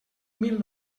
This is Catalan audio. mil